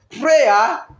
Prayer